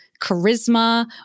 charisma